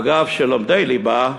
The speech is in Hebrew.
אגב של לומדי ליבה,